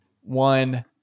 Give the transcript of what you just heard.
one